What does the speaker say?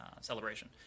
celebration